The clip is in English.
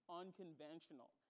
unconventional